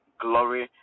glory